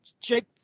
Jake